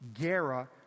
Gera